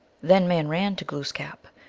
then men ran to glooskap,